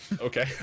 Okay